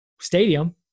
stadium